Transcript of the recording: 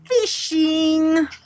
fishing